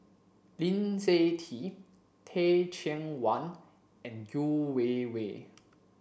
Lee Seng Tee Teh Cheang Wan and Yeo Wei Wei